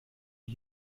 wir